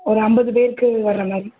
ஒரு ஐம்பது பேருக்கு வர்ற மாதிரி